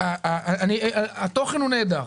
התוכן נהדר.